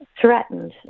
threatened